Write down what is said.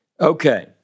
Okay